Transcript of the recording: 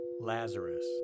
Lazarus